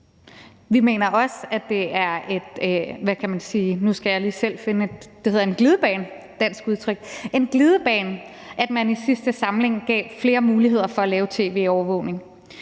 finde et dansk udtryk – en glidebane, at man i sidste samling gav flere muligheder for at lave tv-overvågning.